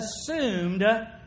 assumed